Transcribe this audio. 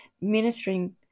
Ministering